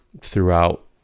throughout